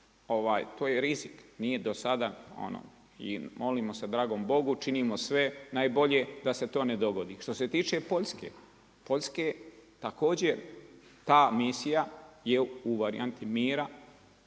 to je rizik. Nije do sada, ono. I molimo se dragom Bogu, činimo sve najbolje da se to ne dogodi. Što se tiče Poljske, Poljske, također ta misija je u varijanti mira,